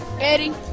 eddie